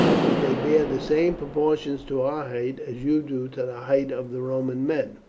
but they bear the same proportion to our height as you do to the height of the roman men.